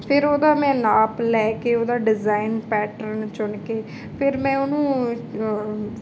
ਫਿਰ ਉਹਦਾ ਮੈਂ ਨਾਪ ਲੈ ਕੇ ਉਹਦਾ ਡਿਜ਼ਾਇਨ ਪੈਟਰਨ ਚੁਣ ਕੇ ਫਿਰ ਮੈਂ ਉਹਨੂੰ